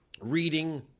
Reading